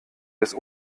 des